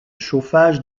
chauffage